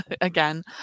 again